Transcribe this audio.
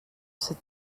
sut